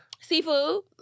Seafood